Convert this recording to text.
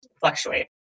fluctuate